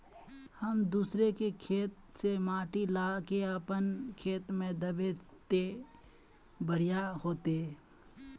हम दूसरा के खेत से माटी ला के अपन खेत में दबे ते बढ़िया होते?